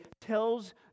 tells